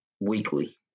weekly